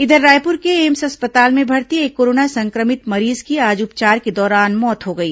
इधर रायपुर के एम्स अस्पताल में भर्ती एक कोरोना संक्रमित मरीज की आज उपचार के दौरान मौत हो गई